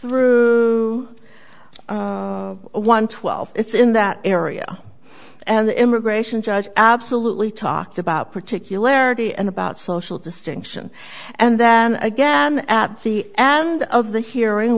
through one twelve it's in that area and the immigration judge absolutely talked about particularities and about social distinction and then again at the end of the hearing